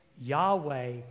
Yahweh